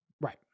Right